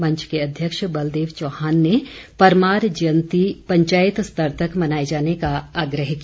मंच के अध्यक्ष बलदेव चौहान ने परमार जयंती पंचायत स्तर तक मनाए जाने का आग्रह किया